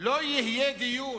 לא יהיה דיון